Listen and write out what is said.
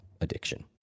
addiction